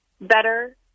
better